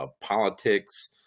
politics